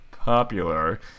popular